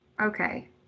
Okay